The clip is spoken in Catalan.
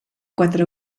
quatre